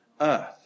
earth